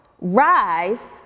rise